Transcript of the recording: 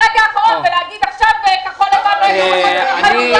לסחוב עד הרגע האחרון ולהגיד: עכשיו כחול לבן לא מגלים אחריות.